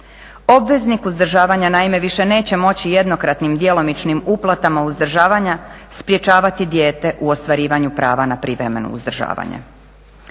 Obveznik uzdržavanja naime više neće moći jednokratnim djelomičnim uplatama uzdržavanja sprječavati dijete u ostvarivanju prava na privremeno uzdržavanje.